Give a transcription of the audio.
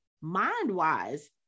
mind-wise